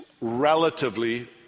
relatively